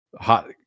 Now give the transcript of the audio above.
hot